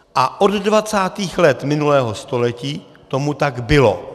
A od dvacátých let minulého století tomu tak bylo.